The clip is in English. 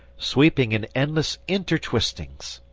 sweeping in endless intertwistings.